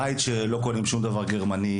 בית שלא קונים שום דבר גרמני,